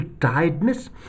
tiredness